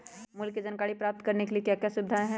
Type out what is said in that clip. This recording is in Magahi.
मूल्य के जानकारी प्राप्त करने के लिए क्या क्या सुविधाएं है?